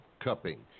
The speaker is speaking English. cupping